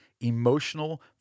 emotional